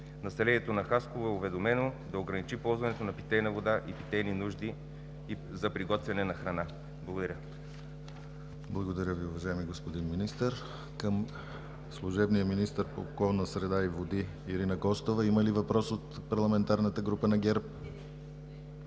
Населението на Хасково е уведомено да ограничи ползването на питейна вода, питейни нужди и за приготвяне на храна. Благодаря. ПРЕДСЕДАТЕЛ ДИМИТЪР ГЛАВЧЕВ: Благодаря Ви, уважаеми господин Министър. Към служебния министър по околната среда и водите Ирина Костова има ли въпрос от Парламентарната група на ГЕРБ?